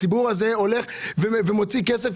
הציבור מוציא כסף,